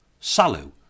Salu